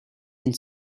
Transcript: and